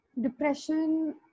depression